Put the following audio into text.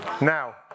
Now